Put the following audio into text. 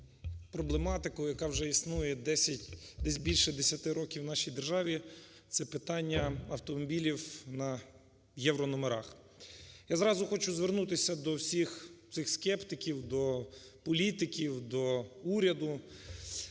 проблематику, яка вже існує десять... десь більше десяти років в нашій державі – це питання автомобілів на єврономерах. Я зразу хочу звернутися до всіх цих скептиків, до політиків, до уряду